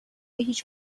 هیچ